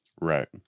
Right